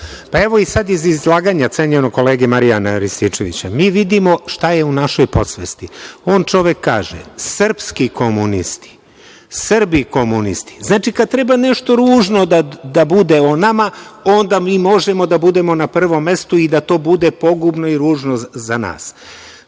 evo sad iz izlaganja cenjenog kolege Marijana Rističevića mi vidimo šta je u našoj podsvesti. On čovek kaže – srpski komunisti, Srbi komunisti. Znači, kada treba nešto ružno da bude o nama onda mi možemo da budemo na prvom mestu i da to bude pogubno i ružno za